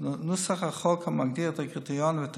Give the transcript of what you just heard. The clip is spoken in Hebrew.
נוסח החוק המגדיר את הקריטריון ואת